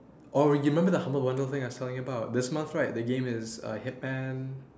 or you remember the humble bundle thing I was talking about this month right the game is uh hitman